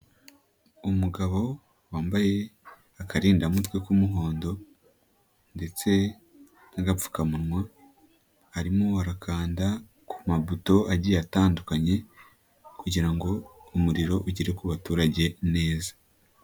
Umugabo wambaye akarindamutwe k'umuhondo ndetse n'agapfukamunwa, arimo arakanda ku mabuto agiye atandukanye kugira ngo umuriro ugere ku baturage neza.